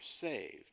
saved